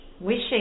Wishing